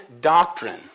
doctrine